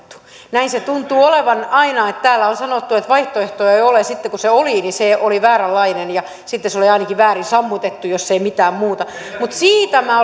näin se tuntuu olevan aina että täällä on sanottu että vaihtoehtoja ei ole sitten kun se oli niin se oli vääränlainen ja sitten se oli ainakin väärin sammutettu jos ei mitään muuta mutta siitä minä